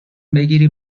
بگیری